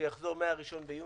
שיחזור מהראשון ביוני,